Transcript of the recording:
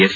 S